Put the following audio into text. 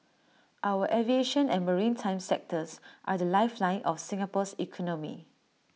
our aviation and maritime sectors are the lifeline of Singapore's economy